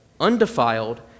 undefiled